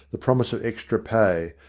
the promise of extra pay,